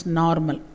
normal